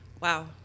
Wow